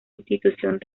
institución